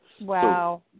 Wow